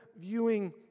viewing